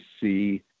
see